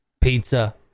Pizza